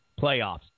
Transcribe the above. playoffs